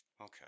Okay